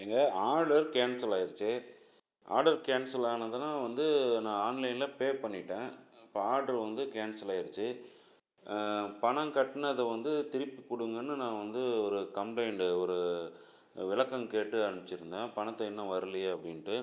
எங்கள் order cancel ஆகிடுச்சு order cancel ஆனதுன்னா வந்து நான் ஆன்லைனில் பே பண்ணிவிட்டேன் இப்போது ஆர்ட்ரு வந்து கேன்சல் ஆகிடுச்சு பணம் கட்டினது வந்து திருப்பி கொடுங்கன்னு நான் வந்து ஒரு கம்ப்ளைண்ட்டு ஒரு விளக்கம் கேட்டு அனுப்ச்சுருந்தேன் பணத்தை இன்னும் வரலியே அப்படின்ட்டு